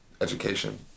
education